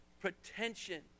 pretension